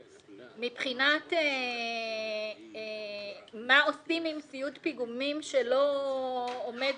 מבחינת מה עושים עם ציוד פיגומים שלא עומד